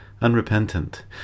Unrepentant